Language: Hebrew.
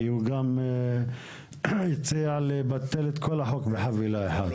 כי הוא גם הציע לבטל את כל החוק בחבילה אחת.